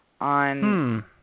on